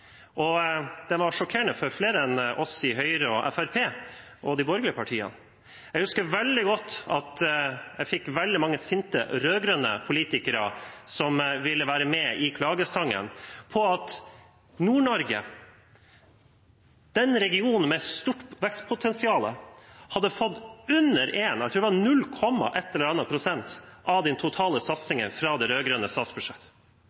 for flere enn oss i Høyre, Fremskrittspartiet og de borgerlige partiene. Jeg husker veldig godt at jeg fikk veldig mange sinte rød-grønne politikere som ville være med i klagesangen over at Nord-Norge, den regionen med stort vekstpotensial, hadde fått under 1 pst. – jeg tror det var null komma et eller annet – av den totale